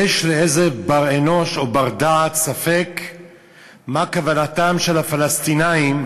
יש לאיזה בר-אנוש או בר-דעת ספק מה כוונתם של הפלסטינים,